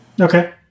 Okay